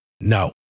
no